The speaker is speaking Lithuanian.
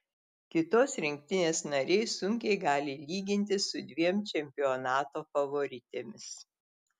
kitos rinktinės nariai sunkiai gali lygintis su dviem čempionato favoritėmis